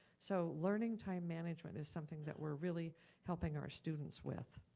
so learning time management is something that we're really helping our students with.